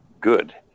good